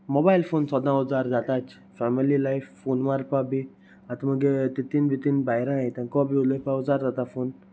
mobile phone सोदां जार जाताच फॅमिली लायफ फोन मारपा बी आतां मगे तितन बिततीन भायराय ताका बी उलोपा जाय जाता फोन